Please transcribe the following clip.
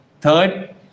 third